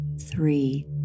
three